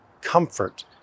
comfort